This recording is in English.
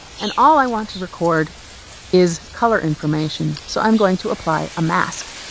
and all i want to record is color information, so i'm going to apply a mask.